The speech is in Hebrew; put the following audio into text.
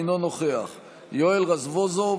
אינו נוכח יואל רזבוזוב,